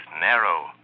narrow